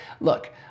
Look